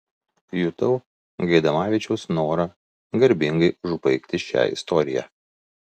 jutau gaidamavičiaus norą garbingai užbaigti šią istoriją